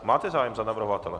Máte zájem za navrhovatele.